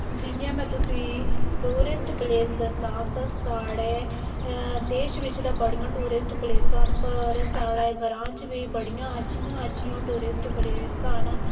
जियां में तुसेंई टूरस्ट प्लेस दस्सां तां साढ़े देश बिच्च ते बड़ियां टूरस्ट प्लेसां न पर साढ़े ग्रांऽ च बी बड़ियां अच्छियां अच्छियां टूरस्ट प्लेसां न